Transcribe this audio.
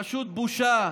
פשוט בושה.